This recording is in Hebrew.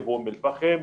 באום אל-פאחם,